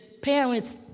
parents